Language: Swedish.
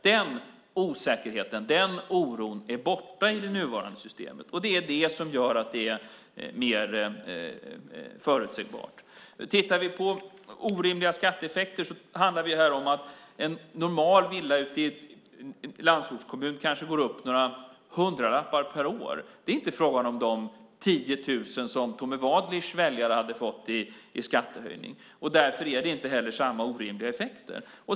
Den osäkerheten och oron är borta i det nuvarande systemet. Det är det som gör att det är mer förutsägbart. Tittar vi på orimliga skatteeffekter handlar det här om att skatten för en normalvilla ute i en landsortskommun kanske går upp några hundralappar per år. Det är inte fråga om de 10 000 som Tommy Waidelichs väljare hade fått i skattehöjning. Därför är det inte heller några orimliga effekter.